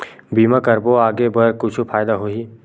बीमा करबो आगे बर कुछु फ़ायदा होही?